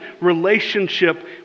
relationship